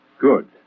Good